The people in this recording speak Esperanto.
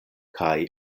kaj